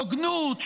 הוגנות,